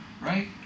right